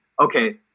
okay